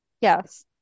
yes